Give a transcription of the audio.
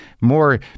more